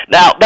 Now